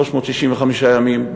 365 ימים,